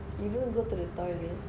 you don't go to the toilet